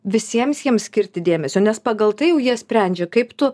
visiems jiems skirti dėmesio nes pagal tai jau jie sprendžia kaip tu